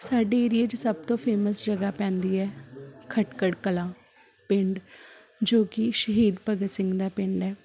ਸਾਡੇ ਏਰੀਏ 'ਚ ਸਭ ਤੋਂ ਫੇਮਸ ਜਗ੍ਹਾ ਪੈਂਦੀ ਹੈ ਖਟਕੜ ਕਲਾਂ ਪਿੰਡ ਜੋ ਕਿ ਸ਼ਹੀਦ ਭਗਤ ਸਿੰਘ ਦਾ ਪਿੰਡ ਹੈ